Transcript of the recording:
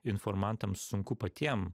informantams sunku patiem